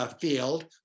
field